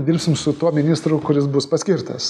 dirbsim su tuo ministru kuris bus paskirtas